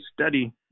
study